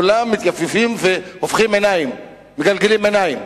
כולם מתייפיפים ומגלגלים עיניים.